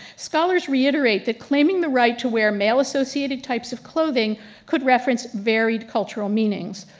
scholars reiterate that claiming the right to wear male associated types of clothing could reference varied cultural meanings.